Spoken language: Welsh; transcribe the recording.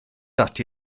ati